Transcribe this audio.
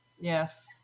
Yes